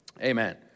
Amen